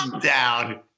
Down